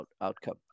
outcome